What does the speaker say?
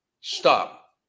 Stop